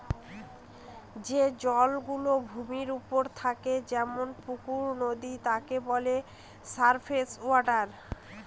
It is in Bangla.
যে জল গুলো ভূমির ওপরে থাকে যেমন পুকুর, নদী তাকে বলে সারফেস ওয়াটার